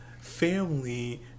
family